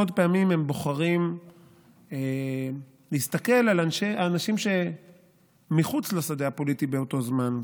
בוחרים להסתכל על האנשים שמחוץ לשדה הפוליטי באותו זמן,